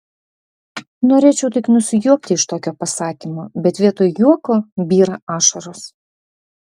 norėčiau tik nusijuokti iš tokio pasakymo bet vietoj juoko byra ašaros